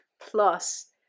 plus